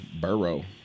Burrow